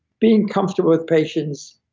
being comfortable with patients,